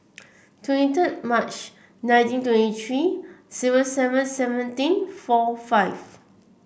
twenty two March nineteen twenty three zero seven seventeen four five